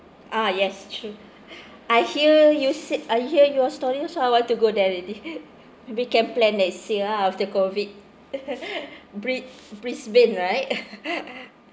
ah yes true I hear you said I hear your story also I want to go there already maybe can plan next year ah after COVID brid~ brisbane right